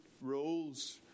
roles